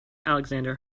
alexander